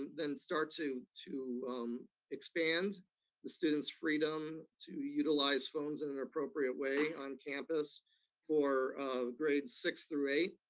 then start to to expand the students' freedom to utilize phones in an appropriate way on campus for grades six through eight,